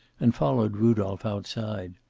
and followed rudolph outside.